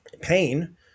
pain